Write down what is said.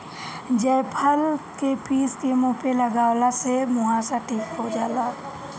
जायफल के पीस के मुह पे लगवला से मुहासा ठीक हो जाला